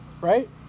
right